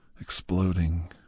exploding